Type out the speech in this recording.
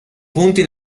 punti